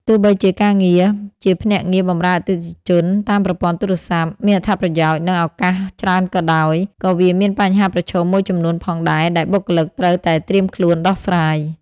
ទោះបីជាការងារជាភ្នាក់ងារបម្រើអតិថិជនតាមប្រព័ន្ធទូរស័ព្ទ មានអត្ថប្រយោជន៍ និងឱកាសច្រើនក៏ដោយ ក៏វាមានបញ្ហាប្រឈមមួយចំនួនផងដែរ ដែលបុគ្គលិកត្រូវតែត្រៀមខ្លួនដោះស្រាយ។